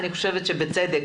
ואני חושבת שבצדק.